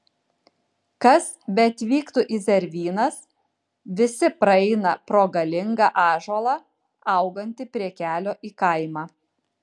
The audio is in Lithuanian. kas beatvyktų į zervynas visi praeina pro galingą ąžuolą augantį prie kelio į kaimą